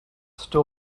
still